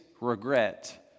regret